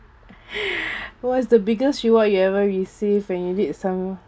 what's the biggest reward you ever received when you did some